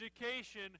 Education